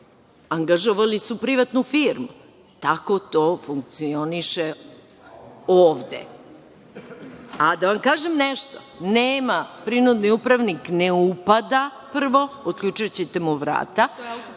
angažovali su privatnu firmu. Tako to funkcioniše ovde.A da vam kažem nešto, nema prinudni upravnik ne upada prvo, otključaćete mu vrata,